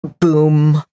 boom